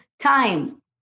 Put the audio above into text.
time